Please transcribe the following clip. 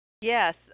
Yes